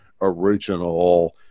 original